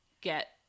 get